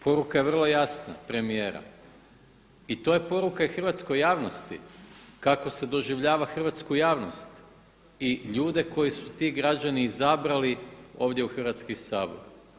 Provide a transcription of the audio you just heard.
Poruka je vrlo jasna premijera i to je poruka i hrvatskoj javnosti kako se doživljava hrvatsku javnost i ljude koje su ti građani izabrali ovdje u Hrvatski sabor.